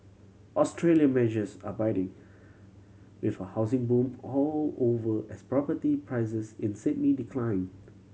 Australia measures are biting with a housing boom all over as property prices in Sydney decline